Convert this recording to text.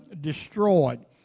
destroyed